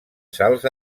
salts